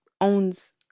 owns